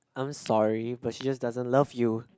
I'm sorry but she just doesn't love you